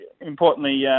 importantly